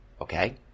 Okay